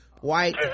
White